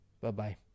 bye-bye